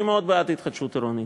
אני מאוד בעד התחדשות עירונית,